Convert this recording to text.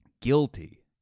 guilty